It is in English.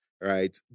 right